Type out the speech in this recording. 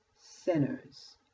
sinners